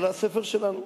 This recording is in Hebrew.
על הספר שלנו.